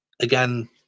again